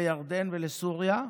לירדן ולסוריה,